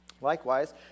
Likewise